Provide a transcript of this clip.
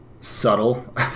subtle